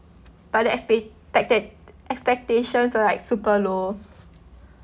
but the expe~ expectations were like super low